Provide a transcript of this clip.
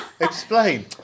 Explain